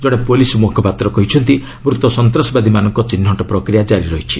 ଜଣେ ପୁଲିସ୍ ମୁଖପାତ୍ର କହିଛନ୍ତି ମୃତ ସନ୍ତାସବାଦୀମାନଙ୍କ ଚିହ୍ନଟ ପ୍ରକ୍ରିୟା କାରି ରହିଛି